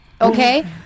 Okay